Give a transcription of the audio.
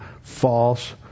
false